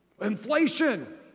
Inflation